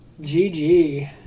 gg